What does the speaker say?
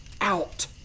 out